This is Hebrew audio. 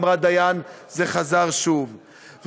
אמרה דיין, זה חזר שוב.